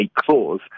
clause